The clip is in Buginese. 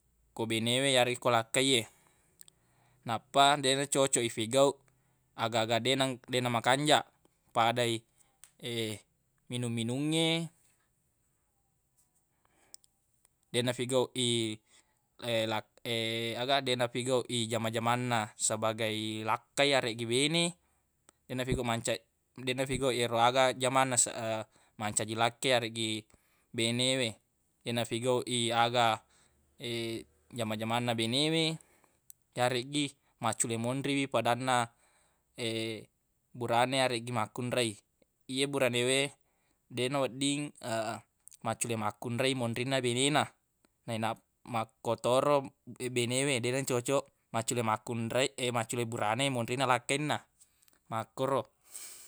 Ko bene we yareggi ko lakkaiye nappa deq to na cocoq leifigauq agaga deq neg- deq nakanjaq padai minu-minungnge deq nafigauq i aga deq nafigauq i jama-jamanna sebagai lakkai yareggi bene deq nafigauq mancaj- deq nafigauq ero aga jamanna se- mancaji lakkai yareggi bene we deq nafigauq i aga jama-jamanna bene we yareggi maccule monri wi fadanna burane areggi makkunrei ye burane we deq nawedding maccule makkunrei monrinna bena na nainap- makkotoro bene we deq na cocoq maccule makkunrei maccule burane monrinna lakkainna makkoro